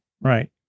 right